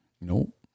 Nope